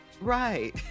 Right